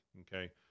okay